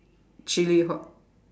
chili hot